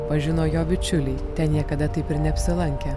pažino jo bičiuliai ten niekada taip ir neapsilankę